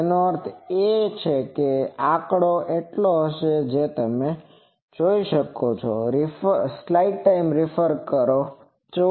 તેનો અર્થ એ કે આંકડો એટલો હશે કે તમે જોઈ શકો છો